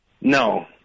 No